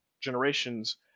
generations